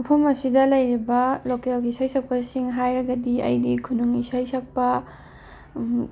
ꯃꯐꯝ ꯑꯁꯤꯗ ꯂꯩꯔꯤꯕ ꯂꯣꯀꯦꯜꯒꯤ ꯏꯁꯩ ꯁꯛꯄꯁꯤꯡ ꯍꯥꯏꯔꯒꯗꯤ ꯑꯩꯗꯤ ꯈꯨꯅꯨꯡ ꯏꯁꯩ ꯁꯛꯄ